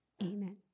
Amen